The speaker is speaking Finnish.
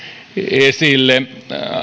esille